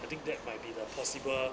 I think that might be the possible